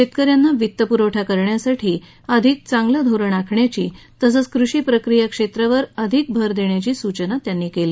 शेतक यांना वित्तपुरवठा करण्यासाठी अधिक चांगलं धोरण आखण्याची तसंच कृषी प्रक्रिया क्षेत्रावर अधिक भर देण्याची सूचना त्यांनी केली